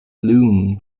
bloom